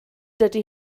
dydy